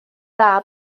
dda